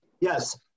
Yes